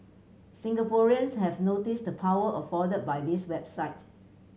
Singaporeans have noticed the power afforded by this website